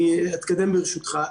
אני אתקדם, ברשותך.